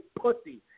pussy